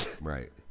Right